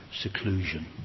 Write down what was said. seclusion